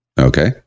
Okay